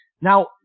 Now